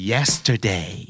Yesterday